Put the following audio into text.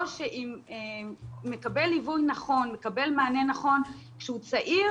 ואם הוא מקבל ליווי נכון ומקבל מענה נכון כשהוא צעיר